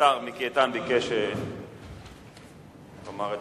השר מיקי איתן ביקש לומר את